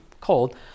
cold